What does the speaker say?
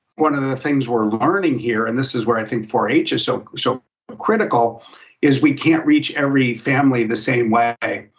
one of the things we're learning here and this is where i think four h is so so but critical is we can't reach every family the same way.